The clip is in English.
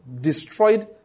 Destroyed